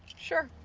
sure,